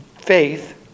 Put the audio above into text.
faith